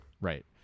Right